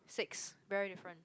six very different